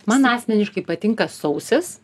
man asmeniškai patinka sausis